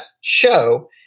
show